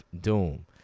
Doom